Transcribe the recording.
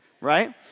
Right